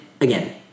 again